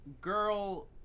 Girl